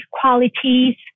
qualities